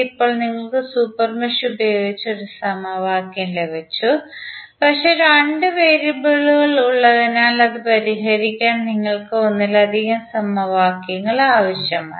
ഇപ്പോൾ നിങ്ങൾക്ക് super mesh ഉപയോഗിച്ച് ഒരു സമവാക്യം ലഭിച്ചു പക്ഷേ രണ്ട് വേരിയബിളുകൾ ഉള്ളതിനാൽ അത് പരിഹരിക്കാൻ നിങ്ങൾക്ക് ഒന്നിലധികം സമവാക്യങ്ങൾ ആവശ്യമാണ്